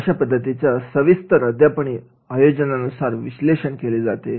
अशा पद्धतीच्या सविस्तर अध्यापन आयोजना नुसार विश्लेषण केले जाते